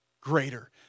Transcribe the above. greater